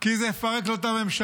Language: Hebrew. כי זה מפרק לו את הממשלה,